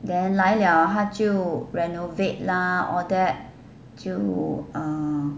then 来了她就 renovate lah all that 就 err